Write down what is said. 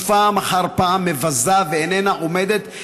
ופעם אחר פעם מבזה ואיננה עומדת,